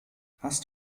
hast